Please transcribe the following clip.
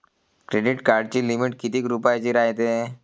Credit कार्डाची limit कितीक रुपयाची रायते?